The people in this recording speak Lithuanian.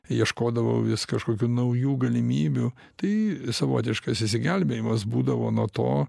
ieškodavau vis kažkokių naujų galimybių tai savotiškas išsigelbėjimas būdavo nuo to